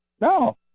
No